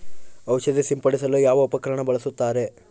ಔಷಧಿ ಸಿಂಪಡಿಸಲು ಯಾವ ಉಪಕರಣ ಬಳಸುತ್ತಾರೆ?